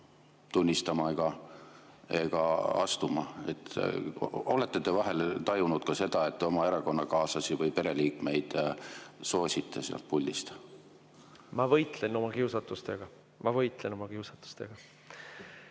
tunnistama ega astuma? Olete te vahel tajunud, et te oma erakonnakaaslasi või pereliikmeid soosite sealt ülevalt? Ma võitlen oma kiusatustega.